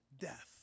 death